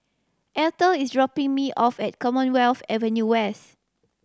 Eathel is dropping me off at Commonwealth Avenue West